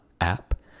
app